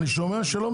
אני שומע שלא.